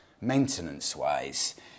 maintenance-wise